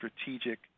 strategic